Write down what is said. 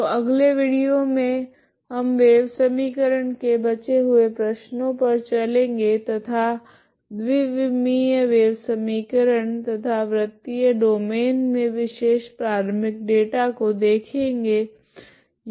तो अगले विडियो मे हम वेव समीकरण के बचे हुए प्रश्नो पर चलेगे तथा द्विविमीय वेव समीकरण तथा वृत्तीय डोमैन मे विशेष प्रारम्भिक डेटा को देखेगे